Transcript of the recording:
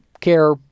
care